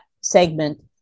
segment